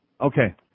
Okay